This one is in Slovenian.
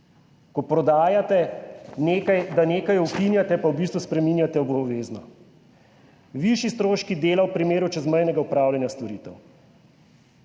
ko prodajate nekaj, da nekaj ukinjate pa v bistvu spreminjate v obvezno. Višji stroški dela v primeru čezmejnega opravljanja storitev.